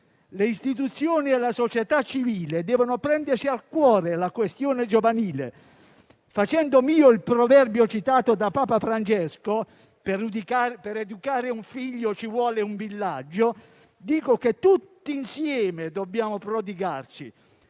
Le istituzioni e la società civile devono prendere a cuore la questione giovanile. Facendo mio il proverbio citato da Papa Francesco, che per educare un figlio ci vuole un villaggio, dico che tutti insieme dobbiamo prodigarci